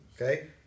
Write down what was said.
Okay